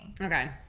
Okay